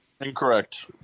Incorrect